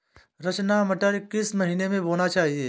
रचना मटर किस महीना में बोना चाहिए?